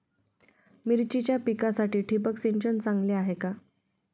मिरचीच्या पिकासाठी ठिबक सिंचन चांगले आहे का?